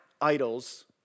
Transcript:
idols